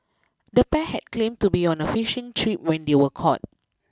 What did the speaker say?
the pair had claimed to be on a fishing trip when they were caught